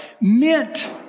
meant